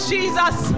Jesus